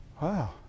wow